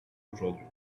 aujourd’hui